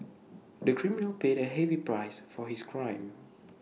the criminal paid A heavy price for his crime